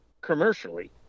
commercially